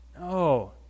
No